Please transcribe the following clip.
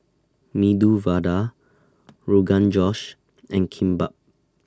Medu Vada Rogan Josh and Kimbap